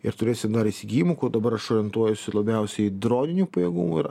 ir turėsi dar įsigijimų ko dabar orientuojuosi labiausiai į droninių pajėgumų ir